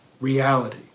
reality